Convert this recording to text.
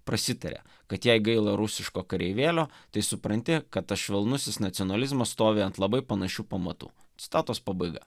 prasitarė kad jai gaila rusiško kareivėlio tai supranti kad tas švelnusis nacionalizmas stovi ant labai panašių pamatų citatos pabaiga